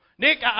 Nick